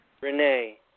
Renee